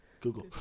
Google